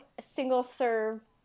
single-serve